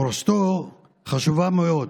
מורשתו חשובה מאוד,